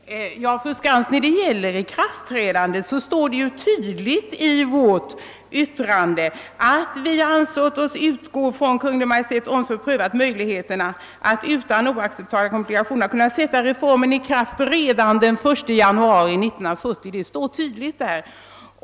Herr talman! Till fru Skantz vill jag säga att vad beträffar ikraftträdandet står tydligt i vårt yttrande följande: »Vi har ansett oss kunna utgå från att Kungl. Maj:t omsorgsfullt prövat möjligheterna att utan oacceptabla komplikationer kunna sätta reformen i kraft redan den 1 januari 1970.» Det står alltså tydligt där.